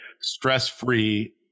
stress-free